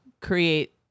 Create